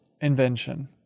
invention